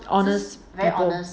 honest people